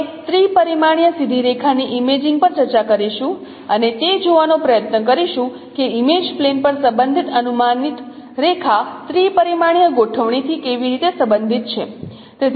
આપણે ત્રિ પરિમાણીય સીધી રેખાની ઇમેજિંગ પર ચર્ચા કરીશું અને તે જોવાનો પ્રયત્ન કરીશું કે ઇમેજ પ્લેન પર સંબંધિત અનુમાનિત રેખા ત્રિ પરિમાણીય ગોઠવણીથી કેવી રીતે સંબંધિત છે